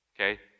okay